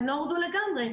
הם לא הורדו לגמרי,